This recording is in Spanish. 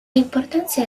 importancia